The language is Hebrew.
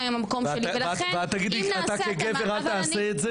עם המקום שלי ולכן אם נעשה- -- ואת תגידי אתה כגבר אל תעשה את זה?